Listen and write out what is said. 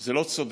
זה לא צודק,